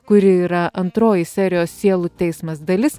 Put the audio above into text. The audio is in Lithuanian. kuri yra antroji serijos sielų teismas dalis